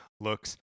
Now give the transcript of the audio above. looks